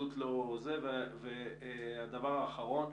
הדבר האחרון.